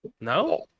No